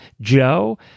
Joe